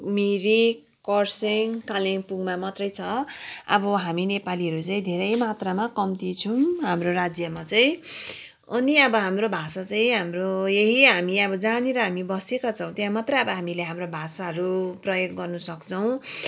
मिरिक खरसाङ कालिम्पोङमा मात्रै छ अब हामी नेपालीहरू चाहिँ धेरै मात्रामा कम्ती छौँ हाम्रो राज्यमा चाहिँ अनि अब हाम्रो भाषा चाहिँ हाम्रो यहि हामी अब जहाँनिर हामी बसेका छौँ त्यहाँ मात्र अब हामीले हाम्रो भाषाहरू प्रयोग गर्न सक्छौँ